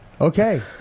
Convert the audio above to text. Okay